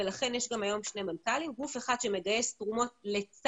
לכן יש גם היום שני מנכ"לים: גוף אחד שמגייס תרומות לצה"ל,